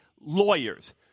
lawyers